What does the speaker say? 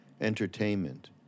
entertainment